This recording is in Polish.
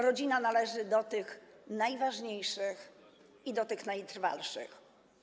Rodzina należy do tych najważniejszych i do tych najtrwalszych.